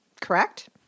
Correct